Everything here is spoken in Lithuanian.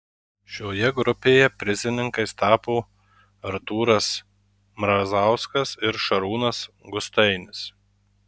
šioje grupėje prizininkais tapo artūras mrazauskas ir šarūnas gustainis